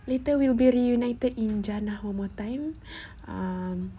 later will be reunited in jannah one more time um